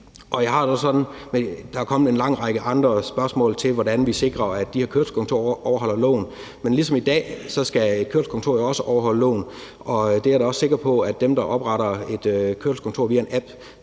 Der er kommet en lang række andre spørgsmål til, hvordan vi sikrer, at de her kørselskontorer overholder loven, men ligesom i dag skal kørselskontoret jo også overholde loven, og det er jeg da også sikker på at dem, der opretter et kørselskontor via en app,